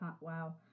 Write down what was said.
wow